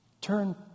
Turn